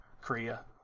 Korea